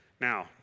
Now